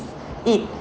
eat